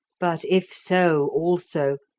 but if so, also,